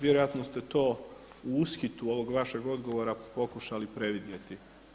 Vjerojatno ste to u ushitu ovog vašeg odgovora pokušali previdjeti.